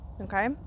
Okay